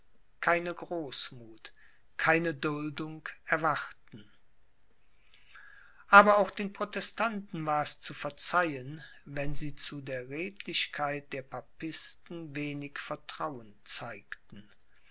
keine großmuth keine duldung erwarten aber auch den protestanten war es zu verzeihen wenn sie zu der redlichkeit der papisten wenig vertrauen zeigten